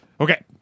Okay